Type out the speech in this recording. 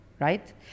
right